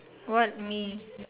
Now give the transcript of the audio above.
what me